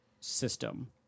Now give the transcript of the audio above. system